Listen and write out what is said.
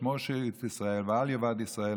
שמור שארית ישראל ואל יאבד ישראל,